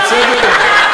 זה בסדר?